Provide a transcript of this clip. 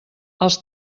als